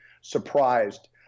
surprised